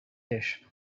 dish